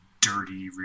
dirty